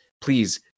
please